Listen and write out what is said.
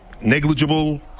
negligible